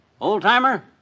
Old-timer